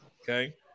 Okay